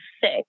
six